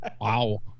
Wow